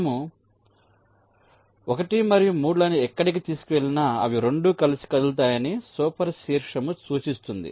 మనము 1 మరియు 3 లను ఎక్కడికి తీసుకువెళ్ళినా అవి రెండు కలిసి కదులుతాయని సూపర్ శీర్షము సూచిస్తుంది